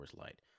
Light